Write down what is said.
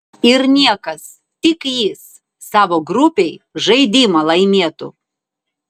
ir niekas tik jis savo grupėj žaidimą laimėtų